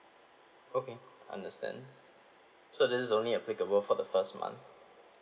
okay understand so this is only applicable for the first month